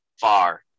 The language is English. far